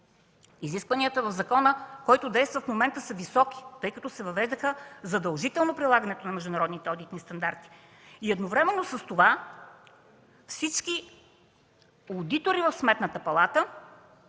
Изискванията в закона, който действа в момента, са високи, тъй като се въведе задължителното прилагане на международните одитни стандарти. Едновременно с това всички одитори в Сметната палата